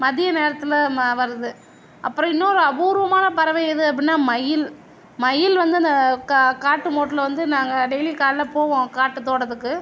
மதிய நேரத்தில் ம வருது அப்புறம் இன்னோரு அபூர்வமான பறவை எது அப்படினா மயில் மயில் வந்து அந்த காட்டுமோட்டில் வந்து நாங்கள் டெய்லியும் காலைல போவோம் காட்டு தோட்டத்துக்கு